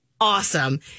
awesome